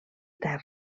terra